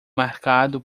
marcado